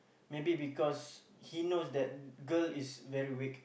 maybe because he knows that girl is very weak